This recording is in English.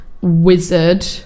wizard